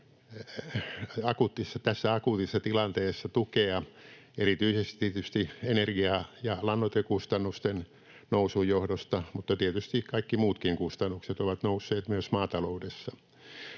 tässä akuutissa tilanteessa tukea erityisesti tietysti energia- ja lannoitekustannusten nousun johdosta, mutta tietysti kaikki muutkin kustannukset ovat nousseet myös maataloudessa.